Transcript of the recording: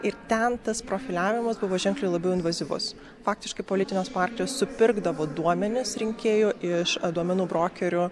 ir ten tas profiliavimas buvo ženkliai labiau invazyvus faktiškai politinės partijos supirkdavo duomenis rinkėjų iš duomenų brokerių